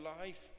life